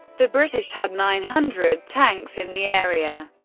the british had nine hundred tanks in the area,